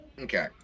Okay